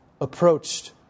approached